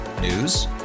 News